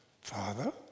Father